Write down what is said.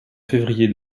février